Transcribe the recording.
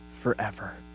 forever